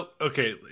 Okay